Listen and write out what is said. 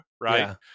Right